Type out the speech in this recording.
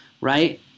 right